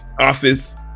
office